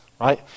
Right